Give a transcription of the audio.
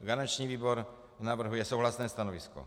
Garanční výbor navrhuje souhlasné stanovisko.